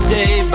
day